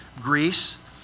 Greece